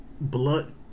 blood